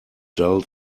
dull